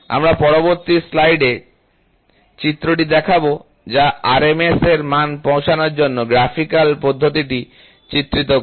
আমরা পরবর্তী স্লাইডে চিত্রটি দেখাব যা আর এম এস মান পৌঁছানোর জন্য গ্রাফিকাল পদ্ধতিটি চিত্রিত করে